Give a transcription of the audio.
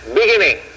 beginning